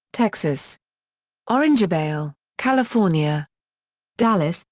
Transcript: texas orangevale, california dallas,